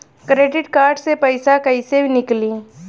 Credit card से पईसा केइसे निकली?